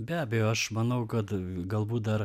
be abejo aš manau kad galbūt dar